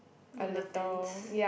on the fence